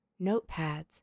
notepads